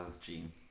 Gene